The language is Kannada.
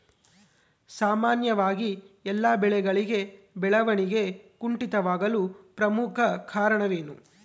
ಸಾಮಾನ್ಯವಾಗಿ ಎಲ್ಲ ಬೆಳೆಗಳಲ್ಲಿ ಬೆಳವಣಿಗೆ ಕುಂಠಿತವಾಗಲು ಪ್ರಮುಖ ಕಾರಣವೇನು?